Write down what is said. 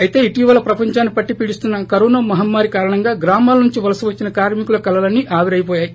అయితే ఇటీవల ప్రపందాన్ని పట్టి పీడిస్తున్న కరోనా మహమ్మారి కారణంగా గ్రామాల నుంచి వలస వచ్చిన కార్మికుల కలలన్నీ ఆవిరైపోయాయి